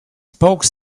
spoke